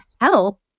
help